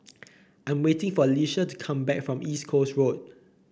I am waiting for Alecia to come back from East Coast Road